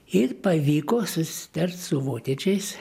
ir pavyko susitart su vokiečiais